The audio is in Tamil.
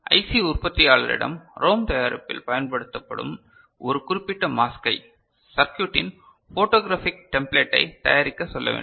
எனவே ஐசி உற்பத்தியாளரிடம் ரோம் தயாரிப்பில் பயன்படுத்தப்படும் ஒரு குறிப்பிட்ட மாஸ்கை சிர்க்யுட்டின் போடோக்ரபிக் டெம்ப்ளேட்டை தயாரிக்க சொல்ல வேண்டும்